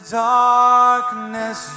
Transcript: darkness